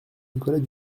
nicolas